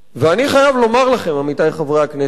ואני חייב לומר לכם, עמיתי חברי הכנסת,